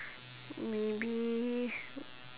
maybe